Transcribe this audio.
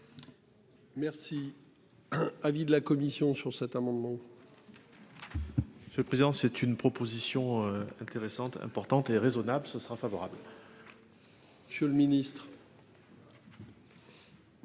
Merci. Avis de la commission sur cet amendement. Le le président c'est une proposition intéressante importante et raisonnables. Ce sera favorable. Monsieur le Ministre.